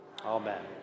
Amen